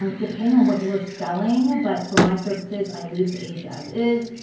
um depending on what you are selling, but for my services, i leave the page as is.